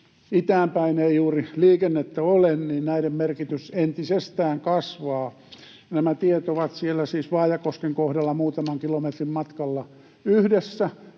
itään päin ei juuri liikennettä ole, niin näiden merkitys entisestään kasvaa. Nämä tiet ovat siis Vaajakosken kohdalla muutaman kilometrin matkalla yhdessä